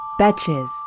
Betches